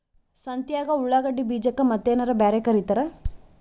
ಸಂತ್ಯಾಗ ಉಳ್ಳಾಗಡ್ಡಿ ಬೀಜಕ್ಕ ಮತ್ತೇನರ ಬ್ಯಾರೆ ಕರಿತಾರ?